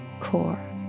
core